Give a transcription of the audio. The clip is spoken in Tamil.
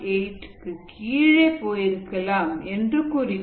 8 க்கு கீழே போயிருக்கலாம் என்று குறிக்கும்